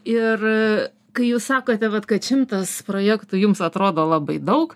ir kai jūs sakote vat kad šimtas projektų jums atrodo labai daug